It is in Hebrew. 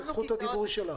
זכות הדיבור שלך.